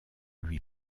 lui